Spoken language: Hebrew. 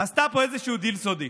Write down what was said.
עשתה פה איזשהו דיל סודי.